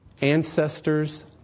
ancestors